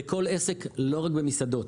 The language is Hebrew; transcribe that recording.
בכל עסק, לא רק במסעדות,